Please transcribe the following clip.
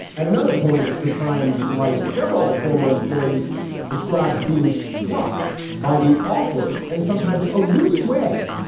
at another point, the times writes, several former employees described being struck by the awkward and sometimes aloof way.